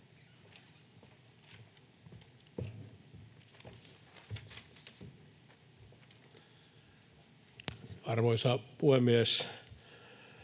Arvoisa puhemies!